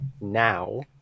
now